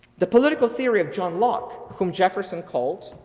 the political theory of john locke, whom jefferson called,